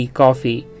coffee